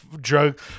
drug